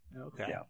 Okay